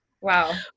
Wow